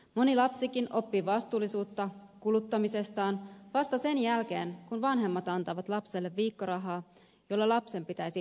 moni lapsikin oppii vastuullisuutta kuluttamisestaan vasta sen jälkeen kun vanhemmat antavat lapselle viikkorahaa jolla lapsen pitäisi toiveensa toteuttaa